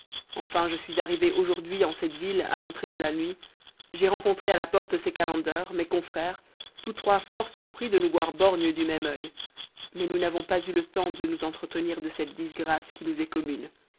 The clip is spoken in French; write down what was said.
enfin je suis arrivé aujourd'hui en cette ville à l'entrée de la nuit j'ai rencontré à la porte ces calenders mes confrères tous trois fort surpris de nous voir borgnes du même oeil mais nous n'avons pas eu le temps de nous entretenir de cette disgrâce qui nous est commune